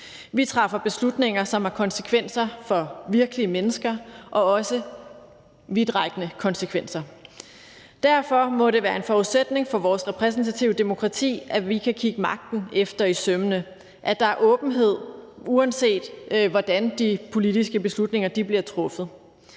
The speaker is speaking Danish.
Vi træffer beslutninger, som har konsekvenser for virkelige mennesker, også vidtrækkende konsekvenser. Derfor må det være en forudsætning for vores repræsentative demokrati, at vi kan kigge magten efter i sømmene, og at der er åbenhed om, hvordan de politiske beslutninger bliver truffet;